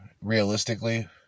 realistically